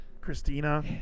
Christina